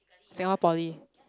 Singapore Poly